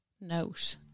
note